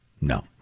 No